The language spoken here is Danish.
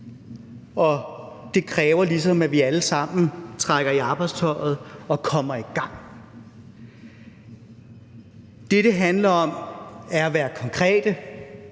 Og det kræver ligesom, at vi alle sammen trækker i arbejdstøjet og kommer i gang. Det, det handler om, er at være konkrete,